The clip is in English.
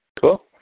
Cool